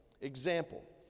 example